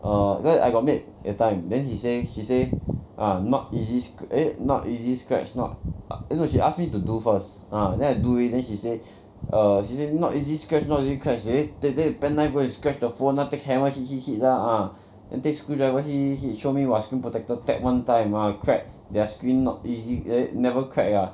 err because I got maid that time then he say he say ah not easy eh not easy scratch not eh no he ask me to do first ah then I do already then he say err not easy scratch not easy crack then he take penknife go and scratch the phone ah take hammer hit hit hit lah ah then take screwdriver hit hit hit show me !wah! screen protector tap one time ah crack their screen not easy eh never crack ah